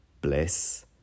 bliss